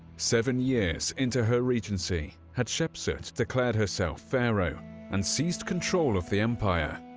seven years into her regency, hatshepsut declared herself pharaoh and seized control of the empire.